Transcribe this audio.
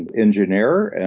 and engineer, and